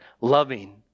loving